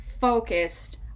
focused